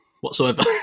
whatsoever